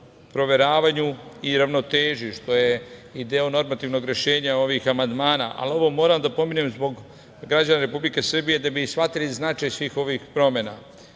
proveravanju i ravnoteži, što je i deo normativnog rešenja ovih amandmana. Ovo moram da pomenem zbog građana Republike Srbije, da bi shvatili značaj svih ovih promena.